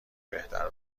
بهتر